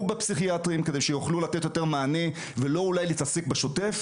בפסיכיאטרים כדי שיוכלו לתת יותר מענה ולא אולי להתעסק בשוטף?